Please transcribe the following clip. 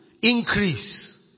increase